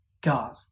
God